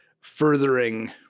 furthering